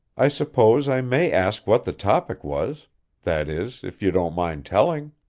i suppose i may ask what the topic was that is, if you don't mind telling.